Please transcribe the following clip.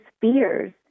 fears